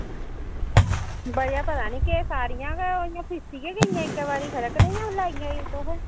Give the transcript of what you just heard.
बजह पता निं केह् सारियां इं'या फिस्सी गै गेइयां खबरै कनेहियां लाइयां तुसें